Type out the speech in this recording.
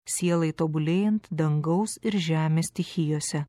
sielai tobulėjant dangaus ir žemės stichijose